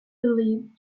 believed